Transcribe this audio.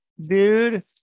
dude